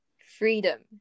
freedom